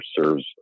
serves